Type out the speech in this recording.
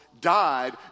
died